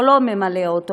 או לא ממלא אותו,